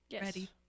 Ready